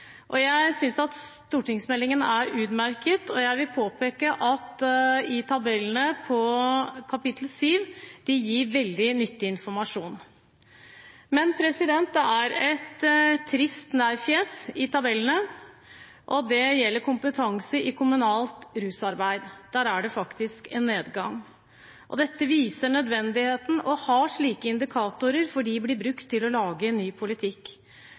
Jeg synes at stortingsmeldingen er utmerket, og jeg vil påpeke at tabellene i kap. 7 gir veldig nyttig informasjon. Men det er et trist nei-fjes i tabellene, og det gjelder kompetanse i kommunalt rusarbeid. Der er det faktisk en nedgang. Dette viser nødvendigheten av å ha slike indikatorer, for de blir brukt til å lage ny politikk.